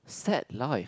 sad life